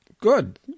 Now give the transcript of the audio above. Good